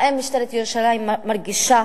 האם משטרת ירושלים מרגישה,